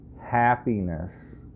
happiness